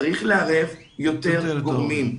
צריך לערב יותר גורמים.